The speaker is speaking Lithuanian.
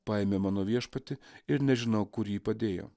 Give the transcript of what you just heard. paėmė mano viešpatį ir nežinau kur jį padėjo